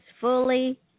fully